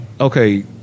Okay